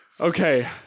Okay